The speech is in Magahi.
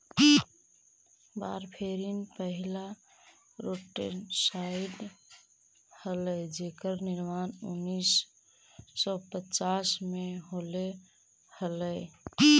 वारफेरिन पहिला रोडेंटिसाइड हलाई जेकर निर्माण उन्नीस सौ पच्चास में होले हलाई